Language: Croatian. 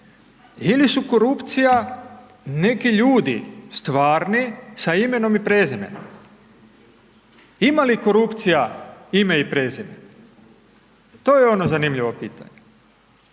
ili su korupcija neki ljudi stvarni sa imenom i prezimenom. Ima li korupcija ime i prezime? To je ono zanimljivo pitanje.